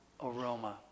aroma